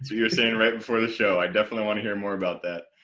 you're saying right before the show, i definitely want to hear more about that.